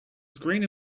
screen